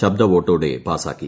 ശബ്ദ വോട്ടോടെ പാസാക്കി